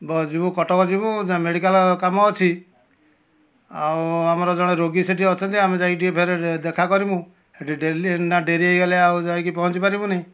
bus ଯିମୁ କଟକ ଯିମୁ ଯ ମେଡ଼ିକାଲ୍ କାମ ଅଛି ଆଉ ଆମର ଜଣେ ରୋଗୀ ସେଠି ଅଛନ୍ତି ଆମେ ଯାଇକି ଟିକେ ଫେରେ ରେ ଦେଖା କରିମୁଁ ଏ ଡେଲୀ ନା ଡେରି ହୋଇଗଲେ ଆଉ ଯାଇକି ପହଞ୍ଚି ପାରିମୁନି